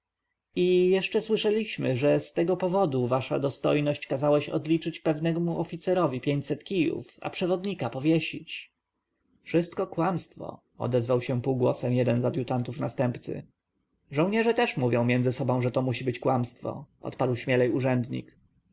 i jeszcze słyszeliśmy że z tego powodu wasza dostojność kazałeś odliczyć pewnemu oficerowi pięćset kijów a przewodnika powiesić wszystko kłamstwo odezwał się półgłosem jeden z adjutantów następcy żołnierze też mówią między sobą że to musi być kłamstwo odparł śmielej urzędnik